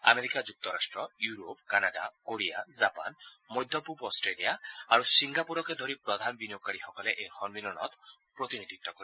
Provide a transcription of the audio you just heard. America যুক্তৰাট্ট Europe Canada Korea Japan মধ্য পূব অট্টেলিয়া আৰু ছিংগাপুৰকে ধৰি প্ৰধান বিনিয়োগৰাকীসকলে এই সন্মিলনত প্ৰতিনিধিত্ব কৰিব